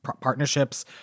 partnerships